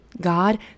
God